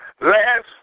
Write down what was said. last